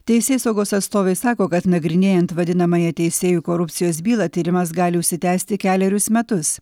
teisėsaugos atstovai sako kad nagrinėjant vadinamąją teisėjų korupcijos bylą tyrimas gali užsitęsti kelerius metus